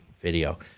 video